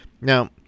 Now